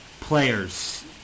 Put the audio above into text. players